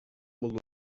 molt